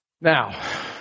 Now